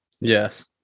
Yes